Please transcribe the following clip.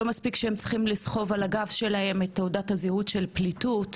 לא מספיק שהם צריכים לסחוב על הגב שלהם את תעודת הזהות של הפליטות,